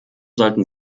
sollten